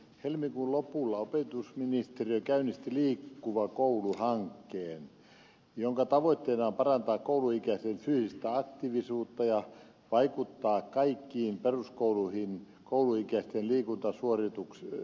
helmikuun lopulla opetus ministeriö käynnisti liikkuva koulu hankkeen jonka tavoitteena on parantaa kouluikäisten fyysistä aktiivisuutta ja vaikuttaa kaikkien peruskoulujen kouluikäisten liikuntasuorituksiin